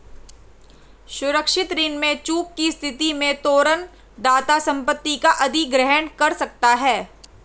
सुरक्षित ऋण में चूक की स्थिति में तोरण दाता संपत्ति का अधिग्रहण कर सकता है